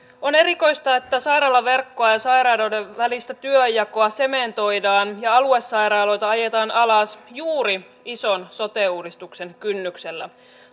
on erikoista että sairaalaverkkoa ja sairaaloiden välistä työnjakoa sementoidaan ja aluesairaaloita ajetaan alas juuri ison sote uudistuksen kynnyksellä